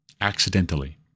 accidentally